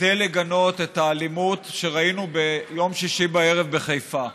כדי לגנות את האלימות שראינו ביום שישי בערב בחיפה,